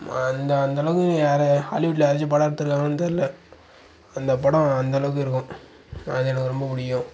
அந்த அந்தளவுக்கு யாரும் ஹாலிவுட்டில் யாராச்சும் படம் எடுத்திருக்காங்களான்னு தெர்லை அந்த படம் அந்தளவுக்கு இருக்கும் அது எனக்கு ரொம்ப பிடிக்கும்